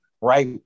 right